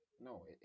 no